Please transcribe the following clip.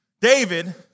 David